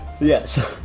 Yes